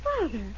Father